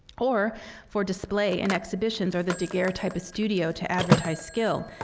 or for display in exhibitions or the daguerrotypist's studio to advertise skill,